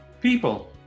People